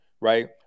right